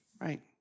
Right